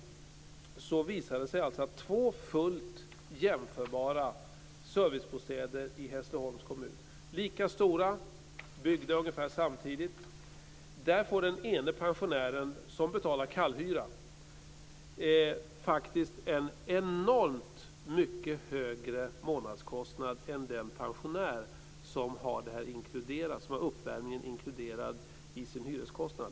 Det visade sig att i två fullt jämförbara servicebostäder i Hässleholms kommun, lika stora och byggda ungefär samtidigt, får den ene pensionären som betalar kallhyra en enormt mycket högre månadskostnad en den pensionär som har uppvärmningen inkluderad i sin hyreskostnad.